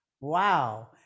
Wow